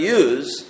use